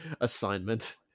assignment